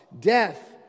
Death